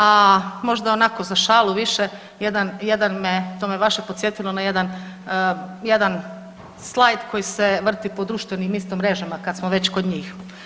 A možda onako za šalu više, jedan me to me baš posjetilo na jedan slajd koji se vrti po društvenim isto mrežama kad smo već kod njih.